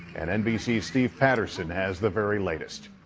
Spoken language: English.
and nbc's steve patterson has the very later. so